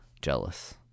jealous